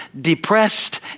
depressed